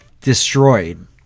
destroyed